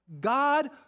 God